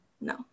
no